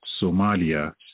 Somalia